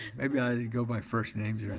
maybe i ought to go by first names